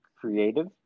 creative